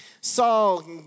Saul